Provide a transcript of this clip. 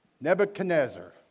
Nebuchadnezzar